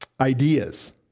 ideas